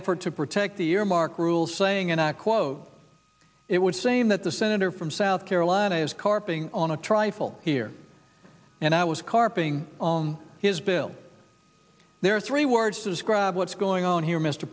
effort to protect the year mark rules saying and i quote it would seem that the senator from south carolina is carping on a trifle here and i was carping on his bill there are three words to describe what's going on here mr